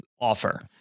Offer